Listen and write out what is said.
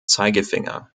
zeigefinger